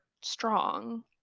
strong